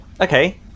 Okay